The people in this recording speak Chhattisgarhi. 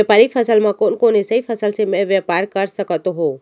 व्यापारिक फसल म कोन कोन एसई फसल से मैं व्यापार कर सकत हो?